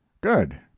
Good